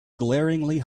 glaringly